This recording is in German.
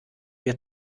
wir